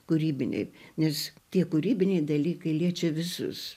kūrybiniai nes tie kūrybiniai dalykai liečia visus